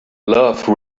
love